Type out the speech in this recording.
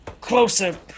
closer